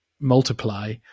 multiply